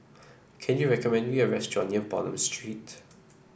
can you recommend me a restaurant near Bonham Street